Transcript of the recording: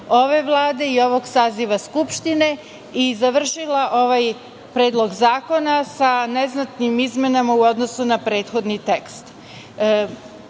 ove Vlade i ovog saziva Skupštine i završila ovaj predlog zakona sa neznatnim izmenama u odnosu ne prethodni tekst.U